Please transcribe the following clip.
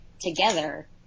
together